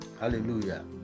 Hallelujah